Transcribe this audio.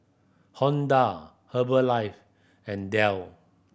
Honda Herbalife and Dell